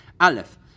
Aleph